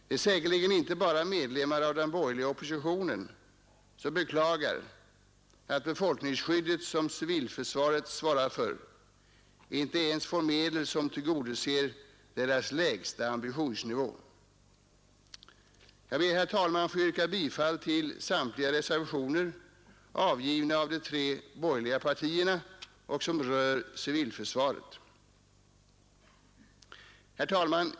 Det är säkerligen inte bara medlemmar av den borgerliga oppositionen som beklagar att befolkningsskyddet, som civilförsvaret svarar för, inte ens får medel som tillgodoser dess lägsta ambitionsnivå. Jag ber, herr talman, att få yrka bifall till samtliga reservationer som är avgivna av de tre borgerliga partierna och som rör civilförsvaret. Herr talman!